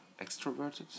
extroverted